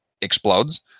explodes